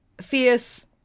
Fierce